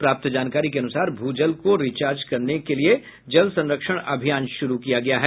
प्राप्त जानकारी के अनुसार भू जल को रिचार्ज करने को लेकर जल संरक्षण अभियान शुरू किया गया है